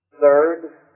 Third